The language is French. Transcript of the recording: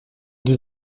deux